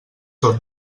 tot